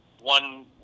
one